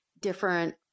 different